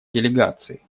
делегации